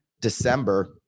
December